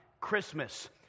Christmas